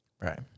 Right